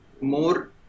more